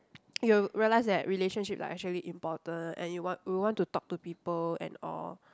you will realise that relationship like actually important and you want will want to talk to people and all